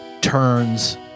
turns